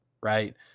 right